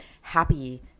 happy